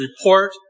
report